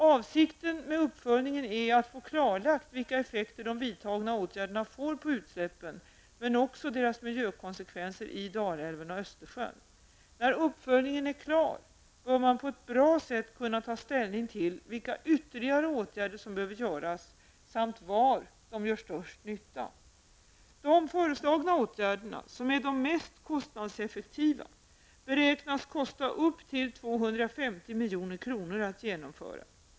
Avsikten med uppföljningen är att få klarlagt vilka effekter de vidtagna åtgärderna får på utsläppen men också deras miljökonsekvenser i Dalälven och Östersjön. När uppföljningen är klar bör man på ett bra sätt kunna ta ställning till vilka ytterligare åtgärder som behöver vidtas samt var de gör störst nytta. De föreslagna åtgärderna som är de mest kostnadseffektiva beräknas kosta upp till 250 milj.kr. att genomföra.